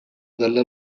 dalla